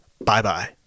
Bye-bye